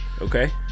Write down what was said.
Okay